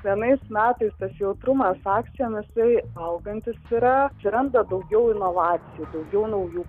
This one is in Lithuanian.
vienais metais tas jautrumas akcijom jisai augantis yra atsiranda daugiau inovacijų daugiau naujų